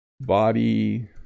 body